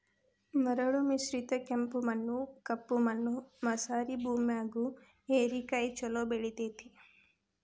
ಮರಳು ಮಿಶ್ರಿತ ಕೆಂಪು ಮಣ್ಣ, ಕಪ್ಪು ಮಣ್ಣು ಮಸಾರೆ ಭೂಮ್ಯಾಗು ಹೇರೆಕಾಯಿ ಚೊಲೋ ಬೆಳೆತೇತಿ